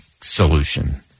solution